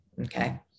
Okay